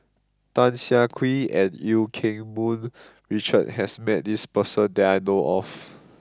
Tan Siah Kwee and Eu Keng Mun Richard has met this person that I know of